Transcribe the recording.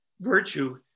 virtue